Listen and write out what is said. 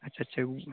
अच्छा अच्छा वह